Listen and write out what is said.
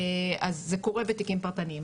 אז זה קורה בתיקים פרטניים.